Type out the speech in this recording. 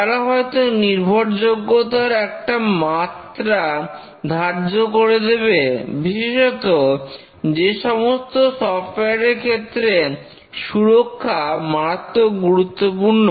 তারা হয়তো নির্ভরযোগ্যতার একটা মাত্রা ধার্য করে দেবে বিশেষত যে সমস্ত সফটওয়্যার এর ক্ষেত্রে সুরক্ষা মারাত্মক গুরুত্বপূর্ণ